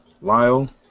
Lyle